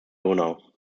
donau